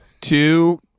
two